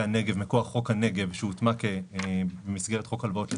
הנגב מכוח חוק הנגב שהוטמע במסגרת חוק הלוואות לדיור.